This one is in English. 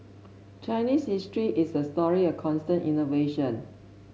Chinese history is a story of constant innovation